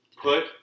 Put